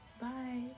Bye